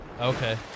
Okay